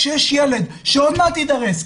כשיש ילד שעוד מעט יידרס,